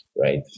Right